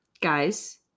Guys